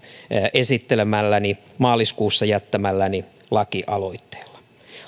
esittelemälläni maaliskuussa jättämälläni lakialoitteella